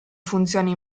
funzioni